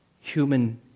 human